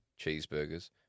cheeseburgers